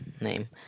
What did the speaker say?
name